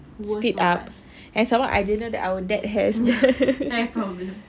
speed up and some more I didn't know that our dad has the